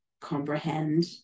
comprehend